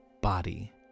body